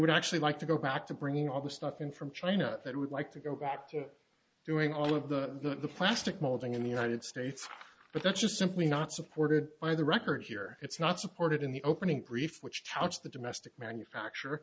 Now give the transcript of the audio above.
would actually like to go back to bringing all the stuff in from china that would like to go back to doing all of the plastic molding in the united states but that's just simply not supported by the record here it's not supported in the opening brief which couch the domestic manufacture